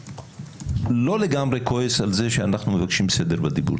אני לא לגמרי כועס על זה אנחנו מבקשים סדר בדיבור.